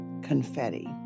confetti